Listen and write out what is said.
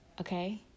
okay